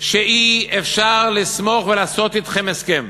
שאי-אפשר לסמוך ולעשות אתכם הסכם,